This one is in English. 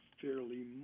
fairly